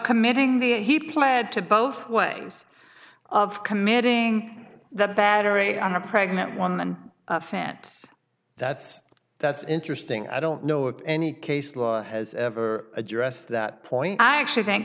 committing he pled to both ways of committing the battery on a pregnant woman fan that's that's interesting i don't know of any case law has ever addressed that point i actually think